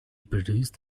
produced